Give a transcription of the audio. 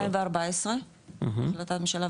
2014 נתנו שלב